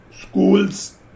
school's